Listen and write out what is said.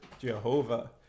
Jehovah